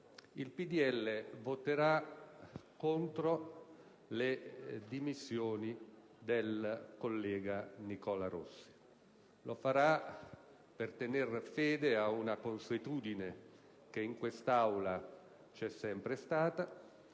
Libertà voterà contro le dimissioni del collega Nicola Rossi. Lo farà per tenere fede ad una consuetudine che in quest'Aula c'è sempre stata: